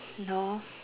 no